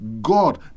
God